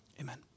Amen